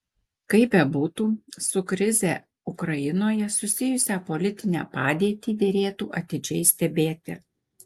kaip bebūtų su krize ukrainoje susijusią politinę padėtį derėtų atidžiai stebėti